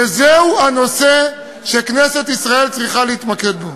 וזהו הנושא שכנסת ישראל צריכה להתמקד בו.